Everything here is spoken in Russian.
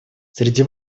среди